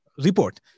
report